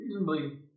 reasonably